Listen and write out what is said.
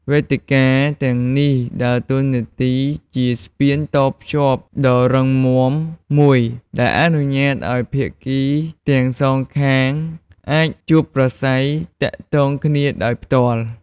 វេទិកាទាំងនេះដើរតួនាទីជាស្ពានតភ្ជាប់ដ៏រឹងមាំមួយ ដែលអនុញ្ញាតឲ្យភាគីទាំងសងខាងអាចជួបប្រាស្រ័យទាក់ទងគ្នាដោយផ្ទាល់។